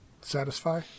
satisfy